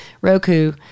Roku